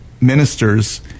ministers